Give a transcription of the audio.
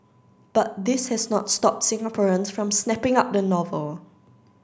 but this has not stopped Singaporeans from snapping up the novel